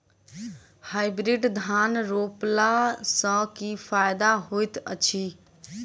Hybrid धान रोपला सँ की फायदा होइत अछि?